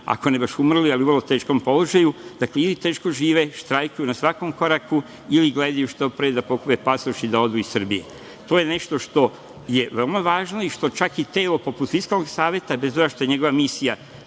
ako ne baš umrli, ali u vrlo teškom položaju. Dakle, ili teško žive, štrajkuju na svakom koraku ili gledaju što pre da pokupe pasoš i da odu iz Srbije. To je nešto što je veoma važno i o čemu čak i telo poput Fiskalnog saveta, bez obzira što je njegova misija